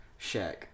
Shaq